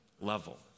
level